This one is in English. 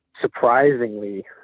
surprisingly